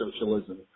socialism